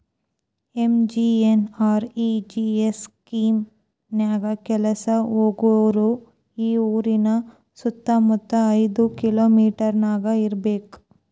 MGNREGS scheme ನ್ಯಾಯ ಕೆಲ್ಸಕ್ಕ ಹೋಗೋರು ಆ ಊರಿನ ಸುತ್ತಮುತ್ತ ಐದ್ ಕಿಲೋಮಿಟರನ್ಯಾಗ ಇರ್ಬೆಕ್